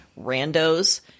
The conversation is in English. randos